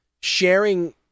sharing